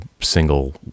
single